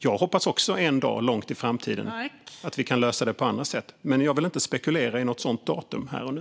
Jag hoppas också att vi en dag långt i framtiden kan lösa det på annat sätt. Men jag vill inte spekulera i ett sådant datum här och nu.